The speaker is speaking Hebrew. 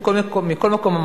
מכל מקום,